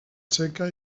txeca